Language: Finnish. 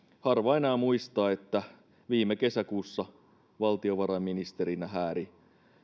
harva enää muistaa että viime kesäkuussa valtiovarainministerinä hääri